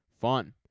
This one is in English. fun